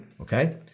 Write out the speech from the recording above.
Okay